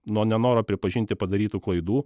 nuo nenoro pripažinti padarytų klaidų